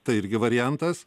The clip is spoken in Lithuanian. tai irgi variantas